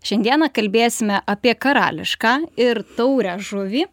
šiandieną kalbėsime apie karališką ir taurią žuvį